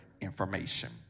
Information